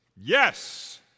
Yes